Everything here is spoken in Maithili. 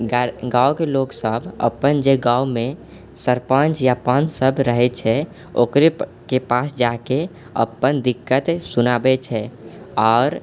गाँवके लोग सब अपन जे गाँवमे सरपञ्च या पञ्च सब रहै छै ओकरेके पास जाके अपन दिक्कत सुनाबै छै आओर